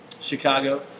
Chicago